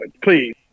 Please